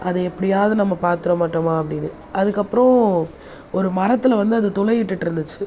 அதை எப்படியாவது நம்ம பார்த்துற மாட்டோமா அப்படினு அதுக்கு அப்புறம் ஒரு மரத்தில் வந்து அது துளையிட்டுகிட்டு இருந்துச்சு